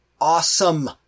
awesome